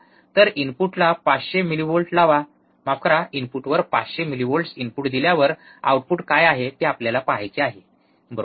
तर इनपुटला ५०० मिलीव्होल्ट लावा माफ करा इनपुटवर ५०० मिलिवोल्ट्स इनपुट दिल्यावर आऊटपुट काय आहे ते आपल्याला पाहायचे आहे बरोबर